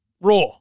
raw